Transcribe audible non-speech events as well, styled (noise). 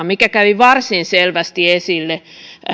(unintelligible) mikä kävi varsin selvästi esille